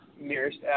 nearest